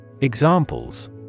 Examples